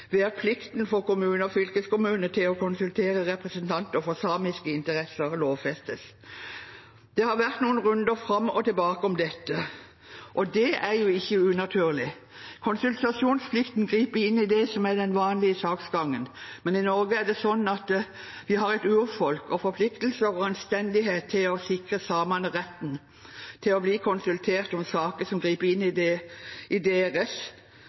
ved at plikten for kommuner og fylkeskommuner til å konsultere representanter for samiske interesser lovfestes. Det har vært noen runder fram og tilbake om dette, og det er ikke unaturlig. Konsultasjonsplikten griper inn i det som er den vanlige saksgangen, men i Norge er det sånn at vi har et urfolk, og vi har forpliktelser og anstendighet til å sikre samene retten til å bli konsultert om saker som griper inn i deres